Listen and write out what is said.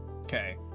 Okay